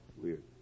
weird